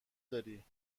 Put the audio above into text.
داری